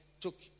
took